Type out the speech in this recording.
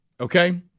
okay